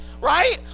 right